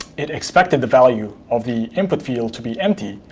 it expected the value of the input field to be empty,